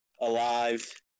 alive